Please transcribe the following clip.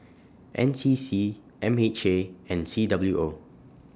N C C M H A and C W O